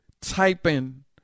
typing